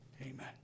amen